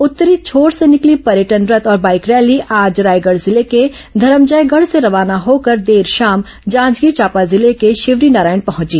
उत्तरी छोर से निकली पर्यटन रथ और बाईक रैली आज रायगढ जिले के धरमजयगढ से रवाना होकर देर शाम जांजगीर चांपा जिले के शिवरीनारायण पहुंची